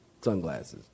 sunglasses